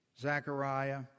Zechariah